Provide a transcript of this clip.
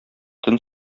төн